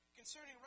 Concerning